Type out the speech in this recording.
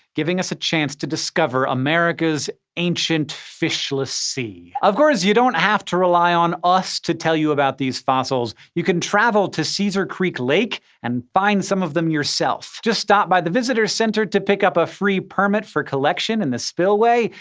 giving us a chance to discover america's ancient, fishless sea. of course, you don't have to rely on us to tell you about these fossils. you can travel to caesar creek lake and find some of them yourself. just stop by the visitor's center to pick up a free permit for collection in the spillway,